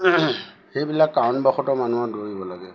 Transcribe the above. সেইবিলাক কাৰণবশতঃ মানুহৰ দৌৰিব লাগে